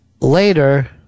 Later